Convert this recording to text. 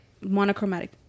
monochromatic